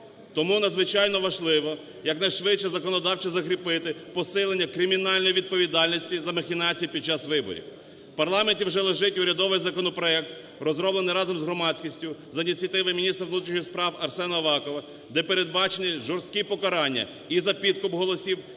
Тому надзвичайно важливо якнайшвидше законодавчо закріпити посилення кримінальної відповідальності за махінації під час виборів. В парламенті вже лежить урядовий законопроект розроблений разом з громадськістю за ініціативи міністра внутрішніх справ Арсена Авакова, де передбачені жорсткі покарання і за підкуп голосів,